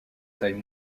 taille